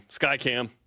SkyCam